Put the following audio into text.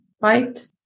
right